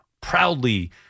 proudly